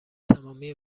تمامی